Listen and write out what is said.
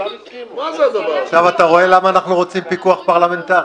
עכשיו אתה רואה למה אנחנו רוצים פיקוח פרלמנטרי?